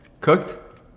Cooked